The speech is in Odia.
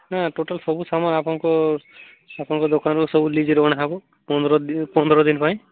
ନା ଟୋଟାଲ୍ ସବୁ ସାମାନ୍ ଆପଣଙ୍କ ଆପଣଙ୍କ ଦୋକାନରୁ ସବୁ ଅଣାହେବ ପନ୍ଦର୍ ଦିନି ପାଇଁ